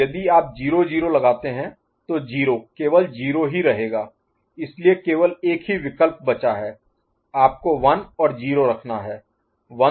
तो यदि आप 0 0 लगाते हैं तो 0 केवल 0 ही रहेगा इसलिए केवल एक ही विकल्प बचा है आपको 1 और 0 रखना है